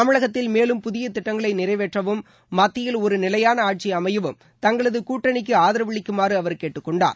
தமிழகத்தில் மேலும் புதிய திட்டங்களை நிறைவேற்றவும் மத்தியில் ஒரு நிலையான ஆட்சி அமையவும் தங்களது கூட்டணிக்கு ஆதரவளிக்குமாறு அவர் கேட்டுக் கொண்டார்